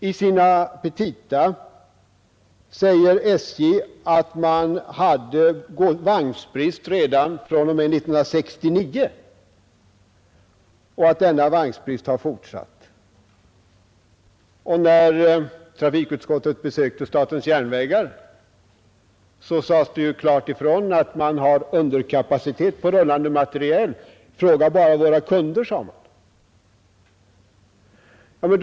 I sina petita säger SJ att man hade vagnsbrist redan fr.o.m. 1969 och att denna vagnsbrist har fortsatt. När trafikutskottet besökte SJ sades det klart ifrån att man har underkapacitet på rullande materiel. ”Fråga bara våra kunder”, sade man.